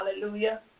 Hallelujah